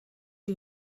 you